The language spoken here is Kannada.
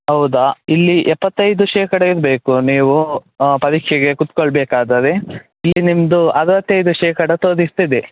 ಹೌದಾ ಇಲ್ಲಿ ಎಪ್ಪತ್ತೈದು ಶೇಖಡ ಇರಬೇಕು ನೀವು ಪರೀಕ್ಷೆಗೆ ಕೂತ್ಕೊಳ್ಬೇಕಾದರೆ ಇಲ್ಲಿ ನಿಮ್ಮದು ಅರವತ್ತೈದು ಶೇಖಡ ತೋರಿಸ್ತಿದೆ